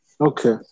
okay